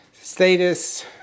Status